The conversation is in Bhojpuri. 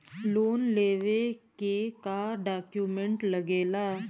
लोन लेवे के का डॉक्यूमेंट लागेला?